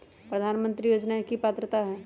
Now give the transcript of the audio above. प्रधानमंत्री योजना के की की पात्रता है?